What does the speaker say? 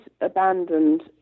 abandoned